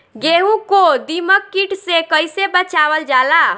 गेहूँ को दिमक किट से कइसे बचावल जाला?